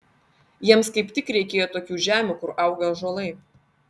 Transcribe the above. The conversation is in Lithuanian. jiems kaip tik reikėjo tokių žemių kur auga ąžuolai